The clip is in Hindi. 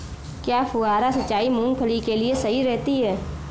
क्या फुहारा सिंचाई मूंगफली के लिए सही रहती है?